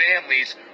families